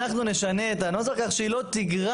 אנחנו נשנה את הנוסח כך שהיא לא תוכל